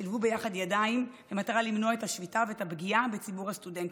שילבו יחד ידיים במטרה למנוע את השביתה ואת הפגיעה בציבור הסטודנטים.